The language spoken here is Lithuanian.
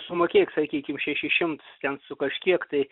sumokėk sakykim šešis šimtus ten su kažkiek tai